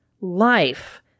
life